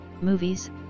movies